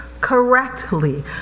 correctly